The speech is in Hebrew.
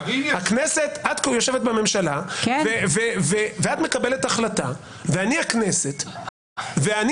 את יושבת בממשלה ואת מקבלת החלטה ואני הכנסת ואני